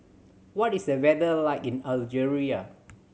what is the weather like in Algeria